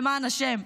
למען השם.